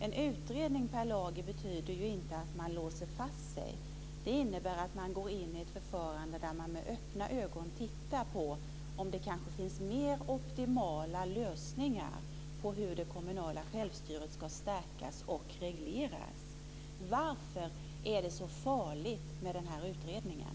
En utredning, Per Lager, betyder ju inte att man låser fast sig. Det innebär att man går in i ett förfarande där man med öppna ögon tittar på om det kanske finns mer optimala lösningar på hur det kommunala självstyret ska stärkas och regleras. Varför är det så farligt med den här utredningen?